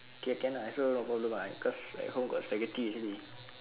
okay can lah I also no problem ah because at home got spaghetti actually